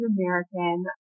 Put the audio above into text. American